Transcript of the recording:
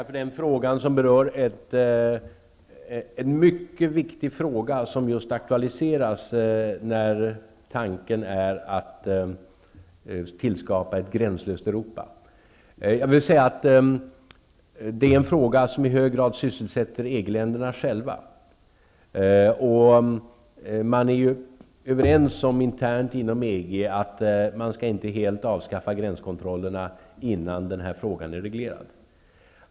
Fru talman! Den frågan aktualiseras i hög grad inför tanken att tillskapa ett gränslöst Europa. Frågan sysselsätter i hög grad EG-länderna själva. Man är inom EG internt överens om att man inte helt skall avskaffa gränskontrollerna innan denna fråga är reglerad.